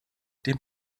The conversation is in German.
dem